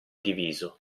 diviso